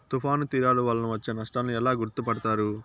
తుఫాను తీరాలు వలన వచ్చే నష్టాలను ఎలా గుర్తుపడతారు?